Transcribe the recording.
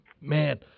Man